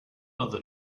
other